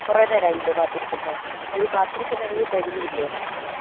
കുറേ നേരമായില്ലേ കാത്തിരിക്കുന്നത് ഒരു കാത്തിരിക്കുന്നതിന് ഒരു പരിധിയില്ലേ മനുഷ്യൻ